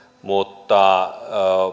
mutta